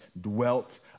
dwelt